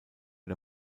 der